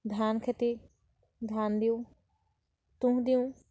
ধান খেতি ধান দিওঁ তুহ দিওঁ